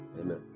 Amen